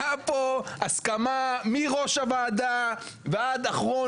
הייתה פה הסכמה מראש הוועדה ועד אחרון